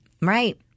Right